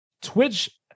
Twitch